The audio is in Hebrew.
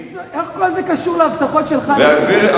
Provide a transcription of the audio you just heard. איך כל זה קשור להבטחות שלך לסטודנטים?